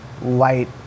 light